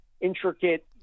intricate